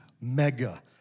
mega